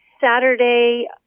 Saturday